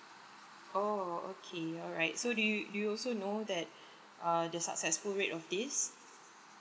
oh okay alright so do you you also know that err the successful rate of this